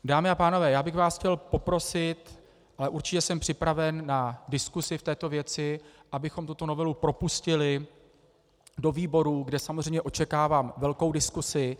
Dámy a pánové, já bych vás chtěl poprosit, ale určitě jsem připraven na diskusi v této věci, abychom tuto novelu propustili do výborů, kde samozřejmě očekávám velkou diskusi.